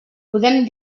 podem